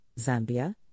Zambia